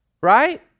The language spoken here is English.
Right